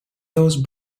those